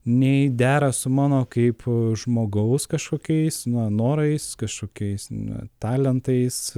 nei dera su mano kaip žmogaus kažkokiais na norais kažkokiais na talentais